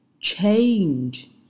change